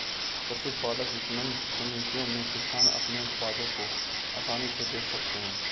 कृषि उत्पाद विपणन समितियों में किसान अपने उत्पादों को आसानी से बेच सकते हैं